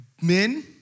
Men